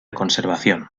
conservación